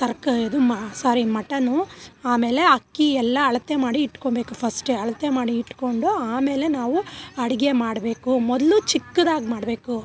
ತರ್ಕ ಇದು ಮ ಸ್ವಾರಿ ಮಟನ್ನು ಆಮೇಲೆ ಅಕ್ಕಿ ಎಲ್ಲ ಅಳತೆ ಮಾಡಿ ಇಟ್ಕೊಬೇಕು ಫಸ್ಟೇ ಅಳತೆ ಮಾಡಿ ಇಟ್ಕೊಂಡು ಆಮೇಲೆ ನಾವು ಅಡಿಗೆ ಮಾಡಬೇಕು ಮೊದಲು ಚಿಕ್ಕದಾಗಿ ಮಾಡಬೇಕು